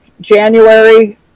January